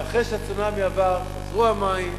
ואחרי שהצונאמי עבר חזרו המים,